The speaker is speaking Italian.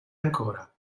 ancora